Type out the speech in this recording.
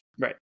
Right